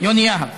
יונה יהב,